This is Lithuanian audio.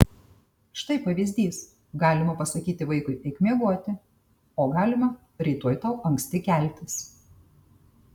štai pavyzdys galima pasakyti vaikui eik miegoti o galima rytoj tau anksti keltis